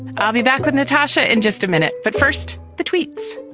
i'll be back with natasha in just a minute. but first, the tweets.